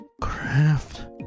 Craft